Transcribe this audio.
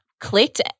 clicked